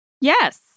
Yes